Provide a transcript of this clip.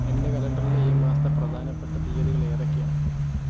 എന്റെ കലണ്ടറിലെ ഈ മാസത്തെ പ്രധാനപ്പെട്ട തീയതികൾ ഏതൊക്കെയാണ്